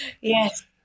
Yes